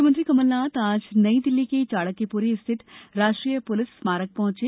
मुख्यमंत्री कमलनाथ आज नई दिल्ली के चाणक्यपुरी स्थित राष्ट्रीय पुलिस स्मारक पहुंचे